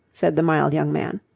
said the mild young man.